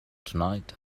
tonight